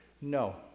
No